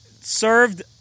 served